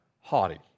haughty